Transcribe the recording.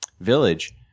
village